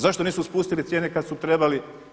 Zašto nisu spustili cijene kada su trebali?